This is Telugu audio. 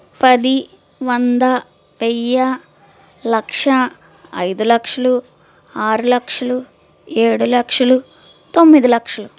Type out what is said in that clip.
పది వంద వెయ్యి లక్ష ఐదు లక్షలు ఆరు లక్షలు ఏడు లక్షలు తొమ్మిది లక్షలు